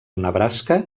nebraska